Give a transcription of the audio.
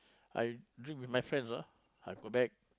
I drink with my friends ah I go back